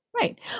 Right